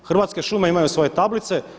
Hrvatske šume imaju svoje tablice.